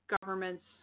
governments